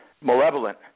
malevolent